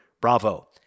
Bravo